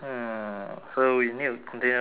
so we need to continue talking eh